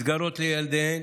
מסגרות לילדיהן,